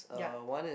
ya